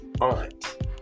aunt